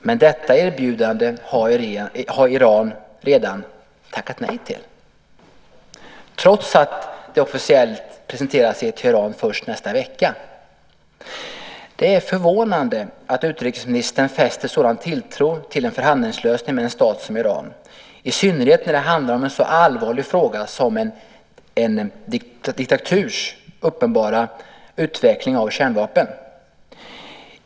Men detta erbjudande har Iran redan tackat nej till trots att det officiellt presenteras i Teheran först nästa vecka. Det är förvånande att utrikesministern fäster en sådan tilltro till en förhandlingslösning med en stat som Iran, i synnerhet när det handlar om en så allvarlig fråga som den om en diktaturs uppenbara utveckling av kärnvapen.